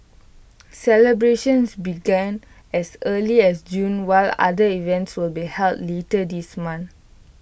celebrations began as early as June while other events will be held later this month